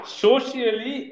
socially